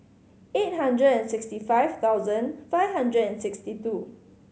eight hundred and sixty five thousand five hundred and sixty two